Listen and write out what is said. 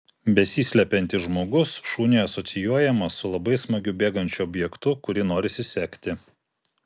besislepiantis žmogus šuniui asocijuojamas su labai smagiu bėgančiu objektu kurį norisi sekti